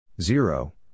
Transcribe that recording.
zero